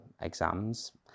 exams